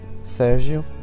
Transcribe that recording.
Sergio